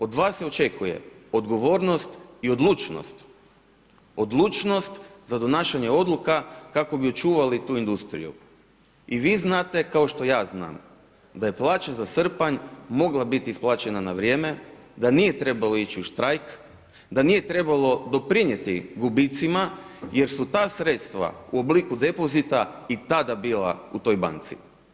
Od vas se očekuje odgovornost i odlučnost, odlučnost za donašanje odluka kako bi očuvali tu industriju i vi znate, kao što ja znam, da je plaća za srpanj mogla biti isplaćena na vrijeme, da nije trebalo ići u štrajk, da nije trebalo doprinijeti gubicima jer su ta sredstva u obliku depozita i tada bila u toj banci.